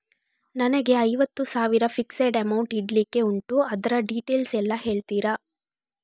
ನನಗೆ ಐವತ್ತು ಸಾವಿರ ಫಿಕ್ಸೆಡ್ ಅಮೌಂಟ್ ಇಡ್ಲಿಕ್ಕೆ ಉಂಟು ಅದ್ರ ಡೀಟೇಲ್ಸ್ ಎಲ್ಲಾ ಹೇಳ್ತೀರಾ?